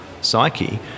psyche